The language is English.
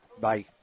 Bye